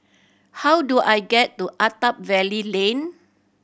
how do I get to Attap Valley Lane